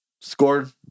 scored